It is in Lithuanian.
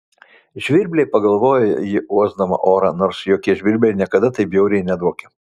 žvirbliai pagalvojo ji uosdama orą nors jokie žvirbliai niekada taip bjauriai nedvokė